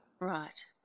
Right